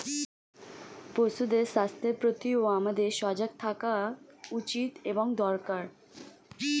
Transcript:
পশুদের স্বাস্থ্যের প্রতিও আমাদের সজাগ থাকা উচিত এবং দরকার